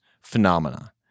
phenomena